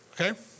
okay